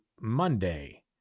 Monday